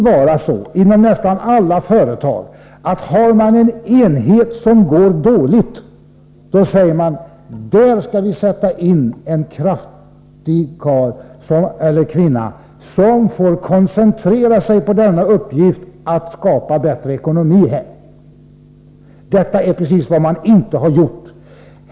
Om det inom ett företag finns en enhet som går dåligt, brukar man nästan alltid säga: Där skall vi sätta in en kraftfull karl eller kvinna som får koncentrera sig på uppgiften att skapa bättre ekonomi på enheten. Det är precis vad SJ inte har gjort.